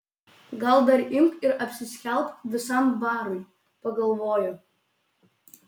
gal dar imk ir apsiskelbk visam barui pagalvojo